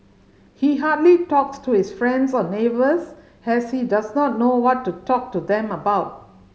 he hardly talks to his friends or neighbours has he does not know what to talk to them about